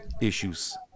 issues